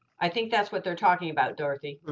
i think that's what they're talking about, dorothy.